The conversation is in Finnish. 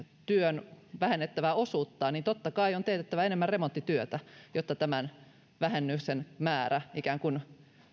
työn vähennettävää osuutta niin totta kai on teetettävä enemmän remonttityötä jotta tämän vähennyksen määrä ikään kuin